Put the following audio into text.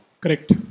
Correct